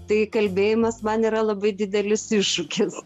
tai kalbėjimas man yra labai didelis iššūkis